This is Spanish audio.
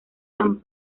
tan